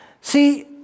See